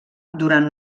durant